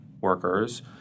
workers